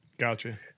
Gotcha